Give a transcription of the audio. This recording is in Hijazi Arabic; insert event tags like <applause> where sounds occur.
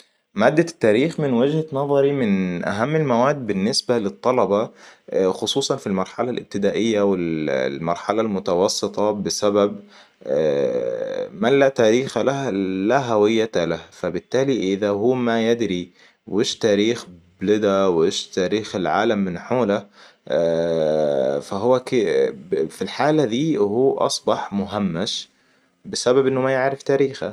ماده التاريخ من وجهه نظري من أهم المواد بالنسبه للطلبه خصوصاً في المرحله الإبتدائيه والمرحله المتوسطه بسبب من لا تاريخ له لا هويه له فبالتالي إذا هو ما يدري وش تاريخ بلده وش تاريخ العالم من حوله <hesitation> فهو <hesitation> في الحاله دي فهو أصبح مهمش بسبب إنه ما يعرف تاريخه